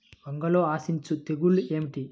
వంగలో ఆశించు తెగులు ఏమిటి?